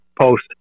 post